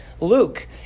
Luke